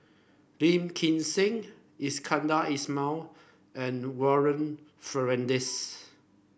Lim Kim San Iskandar Ismail and Warren Fernandez